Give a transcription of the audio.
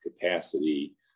capacity